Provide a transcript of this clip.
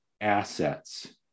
assets